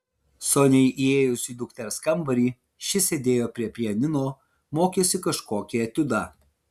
soniai įėjus į dukters kambarį ši sėdėjo prie pianino mokėsi kažkokį etiudą